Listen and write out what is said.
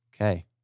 Okay